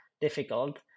difficult